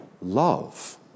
love